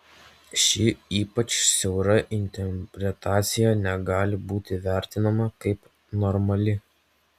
ši ypač siaura interpretacija negali būti vertinama kaip normali